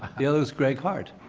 the other is craig hart.